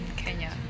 Kenya